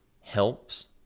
helps